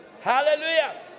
Hallelujah